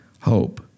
hope